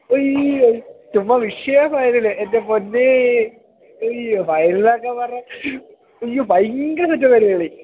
അയ്യോ ചുമ്മാ എൻ്റെ പൊന്നേ ഉയ്യോ ഫൈനൽ എന്നൊക്കെ പറഞ്ഞാൽ യ്യോ ഭയങ്കര സെറ്റപ്പ് ആയിരുന്നു കളി